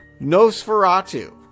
Nosferatu